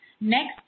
next